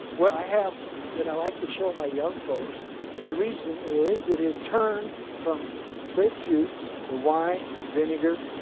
what i have that i like to show my young folks, and the reason is that it turned from grape juice to wine to vinegar